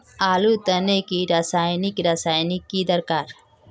आलूर तने की रासायनिक रासायनिक की दरकार?